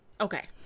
Okay